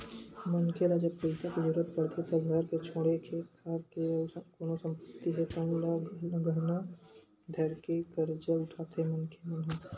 मनखे ल जब पइसा के जरुरत पड़थे त घर के छोड़े खेत खार के अउ कोनो संपत्ति हे तउनो ल गहना धरके करजा उठाथे मनखे मन ह